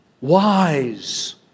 wise